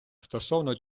стосовно